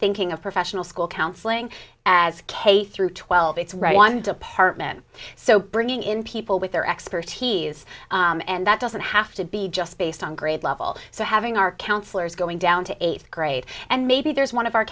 thinking of professional school counseling as k through twelve it's right one department so bringing in people with their expertise and that doesn't have to be just based on grade level so having our counselors going down to eighth grade and maybe there's one of our